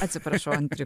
atsiprašau ant tri